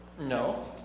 No